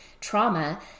trauma